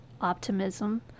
optimism